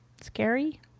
Scary